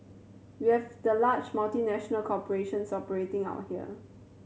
we have the large multinational corporations operating out here